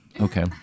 okay